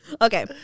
okay